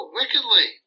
wickedly